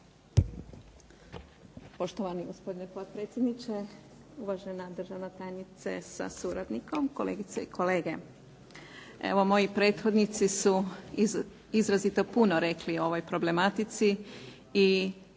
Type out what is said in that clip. Poštovani gospodine potpredsjedniče, uvažena državna tajnice sa suradnikom, kolegice i kolege. Evo moji prethodnici su izrazito puno rekli o ovoj problematici, i